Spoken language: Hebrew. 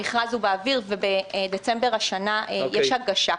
המכרז באוויר ובדצמבר השנה יש כבר הגשה.